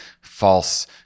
false